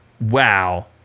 wow